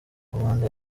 komanda